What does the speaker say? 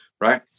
right